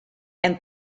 and